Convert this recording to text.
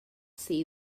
see